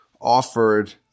offered